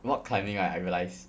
rock climbing right I realised